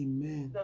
Amen